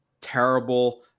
terrible